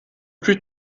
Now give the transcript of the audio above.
plus